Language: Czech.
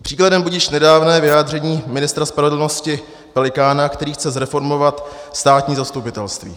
Příkladem budiž nedávné vyjádření ministra spravedlnosti Pelikána, který chce zreformovat státní zastupitelství.